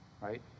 right